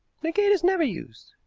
the gate is never used.